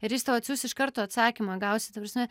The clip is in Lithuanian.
ir jis tau atsiųs iš karto atsakymą gausi ta prasme